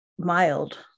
mild